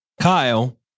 Kyle